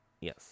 yes